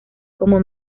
como